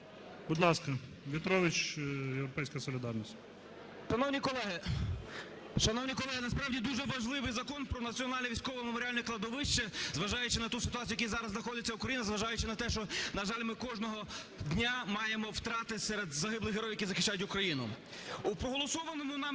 Будь ласка, В'ятрович, "Європейська солідарність" 14:12:20 В’ЯТРОВИЧ В.М. Шановні колеги, насправді дуже важливий Закон про Національне військове меморіальне кладовище. Зважаючи на ту ситуацію, в якій зараз знаходиться Україна, зважаючи на те, що, на жаль, ми кожного дня маємо втрати серед загиблих героїв, які захищають Україну. У проголосованому нами